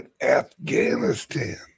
Afghanistan